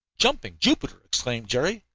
jumping jupiter! exclaimed jerry,